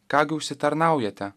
ką gi užsitarnaujate